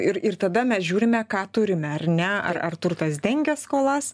ir ir tada mes žiūrime ką turime ar ne ar ar turtas dengia skolas